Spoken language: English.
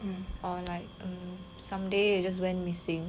or like um someday it just went missing